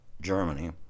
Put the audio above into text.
Germany